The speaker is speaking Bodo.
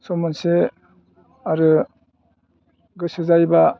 सम मोनसे आरो गोसो जायोबा